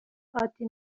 عادی